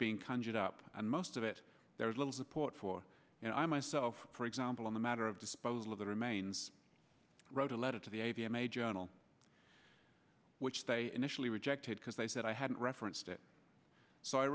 being conjured up and most of it there is little support for you know i myself for example on the matter of disposal of the remains wrote a letter to the a v m a journal which they initially rejected because they said i hadn't referenced it so i